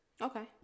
Okay